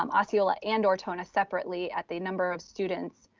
um osceola and ortona separately at the number of students